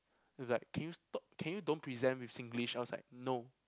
it's like can you stop can you don't present with Singlish I was like no